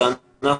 הוא שאנחנו